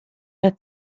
her